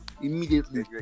Immediately